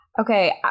Okay